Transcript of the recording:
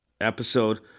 episode